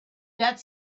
that